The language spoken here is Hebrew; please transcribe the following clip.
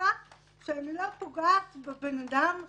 התחושה שאני לא פוגעת באדם לשווא.